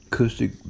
Acoustic